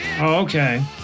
okay